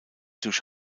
durch